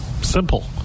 simple